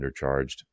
undercharged